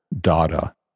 data